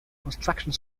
construction